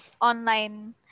online